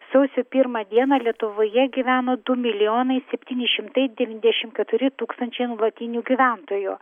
sausio pirmą dieną lietuvoje gyveno du milijonai septyni šimtai devyniasdešim keturi tūkstančiai nuolatinių gyventojų